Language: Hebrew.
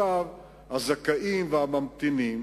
הרוב המכריע של הזכאים והממתינים